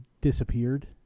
disappeared